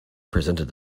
presented